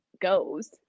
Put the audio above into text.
goes